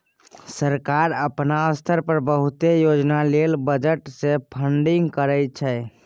सरकार अपना स्तर पर बहुते योजना लेल बजट से फंडिंग करइ छइ